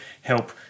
help